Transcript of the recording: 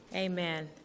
Amen